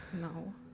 no